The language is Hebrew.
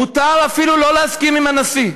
מותר אפילו שלא להסכים עם הנשיא,